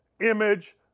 image